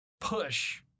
push